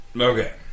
Okay